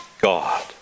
God